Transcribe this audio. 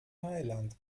mailand